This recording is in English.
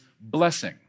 blessing